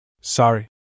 Sorry